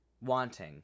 Wanting